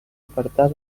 apartar